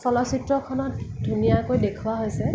চলচিত্ৰখনত ধুনীয়াকৈ দেখুওৱা হৈছে